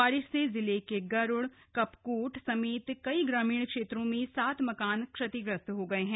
बारिश से जिले के गरुड़ कपकोट समेत कई ग्रामीण क्षेत्रों में सात मकान क्षतिग्रस्त हो गए हैं